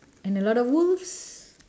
and a lot of wolves